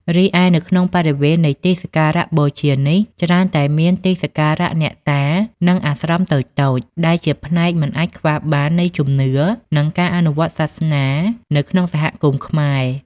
រីឯ នៅក្នុងបរិវេណនៃទីសក្ការៈបូជានេះ ច្រើនតែមានទីសក្ការៈអ្នកតា និងអាស្រមតូចៗដែលជាផ្នែកមិនអាចខ្វះបាននៃជំនឿ និងការអនុវត្តសាសនានៅក្នុងសហគមន៍ខ្មែរ។